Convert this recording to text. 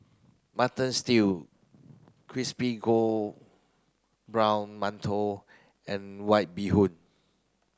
mutton stew crispy brown mantou and white bee hoon